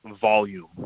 volume